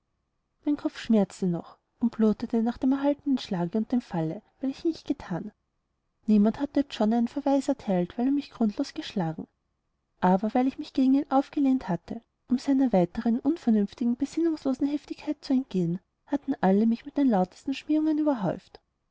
mein kopf schmerzte noch und blutete nach dem erhaltenen schlage und dem falle welchen ich gethan niemand hatte john einen verweis erteilt weil er mich grundlos geschlagen aber weil ich mich gegen ihn aufgelehnt hatte um seiner weiteren unvernünftigen besinnungslosen heftigkeit zu entgehen hatten alle mich mit den lautesten schmähungen überhäuft